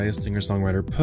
singer-songwriter